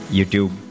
YouTube